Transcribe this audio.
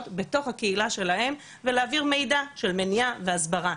בתוך הקהילה שלהם ולהעביר מידע של מניעה והסברה,